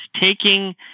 taking